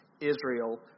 Israel